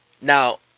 Now